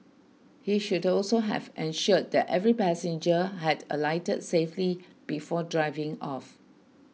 he should also have ensured that every passenger had alighted safely before driving off